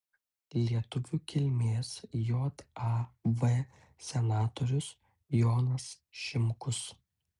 lietuvių kilmės jav senatorius jonas šimkus